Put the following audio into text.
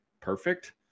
perfect